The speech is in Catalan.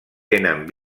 tenen